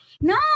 No